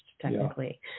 technically